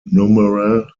numeral